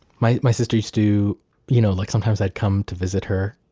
my my sister used to you know like sometimes i'd come to visit her,